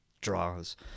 draws